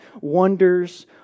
wonders